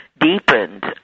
Deepened